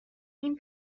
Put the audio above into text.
این